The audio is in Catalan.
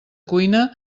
cuina